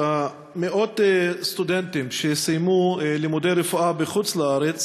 מאות סטודנטים שסיימו לימודי רפואה בחוץ-לארץ